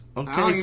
okay